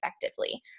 effectively